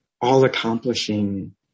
all-accomplishing